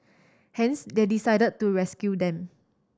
hence they decide to rescue them